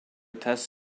tests